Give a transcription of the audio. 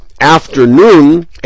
afternoon